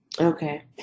Okay